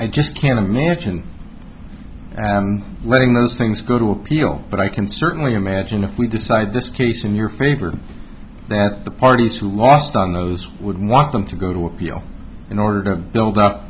i just can't imagine letting those things go to appeal but i can certainly imagine if we decide this case in your favor that the parties who lost on those would want them to go to appeal in order to build up